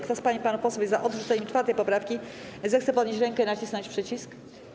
Kto z pań i panów posłów jest za odrzuceniem 4. poprawki, zechce podnieść rękę i nacisnąć przycisk.